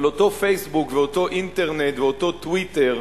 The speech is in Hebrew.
אבל אותו "פייסבוק" ואותו אינטרנט ואותו "טוויטר"